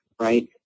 right